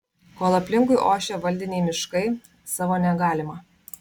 kol aplinkui ošia valdiniai miškai savo negalima